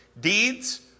Deeds